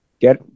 get